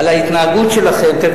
על ההתנהגות שלכם.